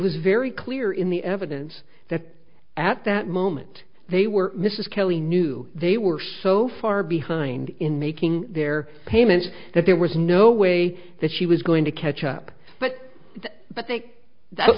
was very clear in the evidence that at that moment they were mrs kelly knew they were so far behind in making their payments that there was no way that she was going to catch up but but they that's